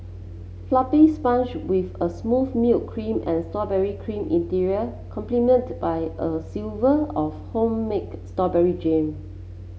floppy sponge with a smooth milk cream and strawberry cream interior complemented by a silver of home make store berry jam